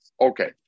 Okay